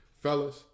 Fellas